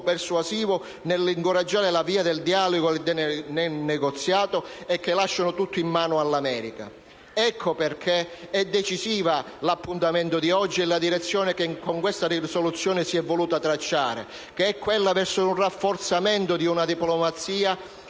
persuasivo nell'incoraggiare la via del dialogo e del negoziato e lasciano tutto in mano all'America. Ecco perché è decisivo l'appuntamento di oggi, per la direzione che, con questa risoluzione, si è voluto tracciare verso un rafforzamento di una diplomazia